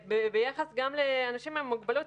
כמה כסף מוקצה לזה?